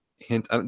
Hint